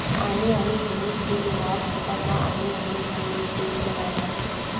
आने आने जिनिस के लेवब ऊपर म आने आने ढंग ले टेक्स लगाए जाथे